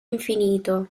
infinito